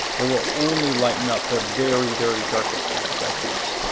it will only lighten up the very, very darkest things like these.